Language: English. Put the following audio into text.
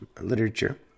literature